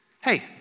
Hey